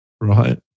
right